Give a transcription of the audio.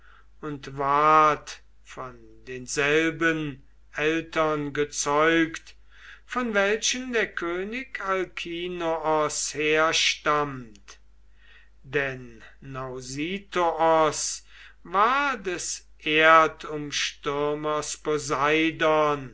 und ward von denselben eltern gezeugt von welchen der könig alkinoos herstammt denn nausithoos war des erdumstürmers poseidon